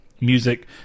music